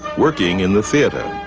working in the theatre.